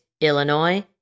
Illinois